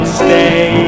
stay